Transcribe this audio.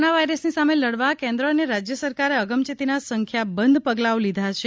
corona જાગૃતિ corona વાયરસની સામે લડવા કેન્દ્ર અને રાજય સરકારે અગમચેતીનાં સંખ્યાબંધ પગલાંઓ લીધા છે